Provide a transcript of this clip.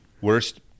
Worst